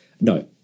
No